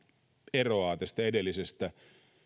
eroaa tästä edellisestä